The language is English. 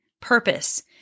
purpose